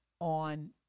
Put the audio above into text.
on